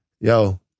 yo